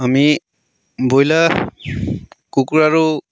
আমি ব্ৰইলাৰ কুকুৰাৰো